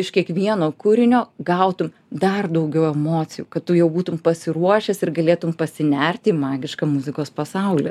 iš kiekvieno kūrinio gautum dar daugiau emocijų kad tu jau būtum pasiruošęs ir galėtum pasinerti į magišką muzikos pasaulį